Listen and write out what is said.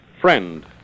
Friend